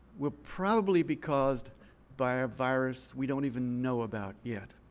will probably be caused by a virus we don't even know about yet.